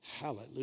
Hallelujah